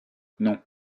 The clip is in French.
non